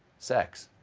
sex.